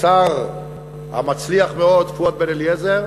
השר המצליח מאוד, פואד בן-אליעזר,